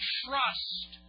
trust